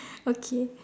okay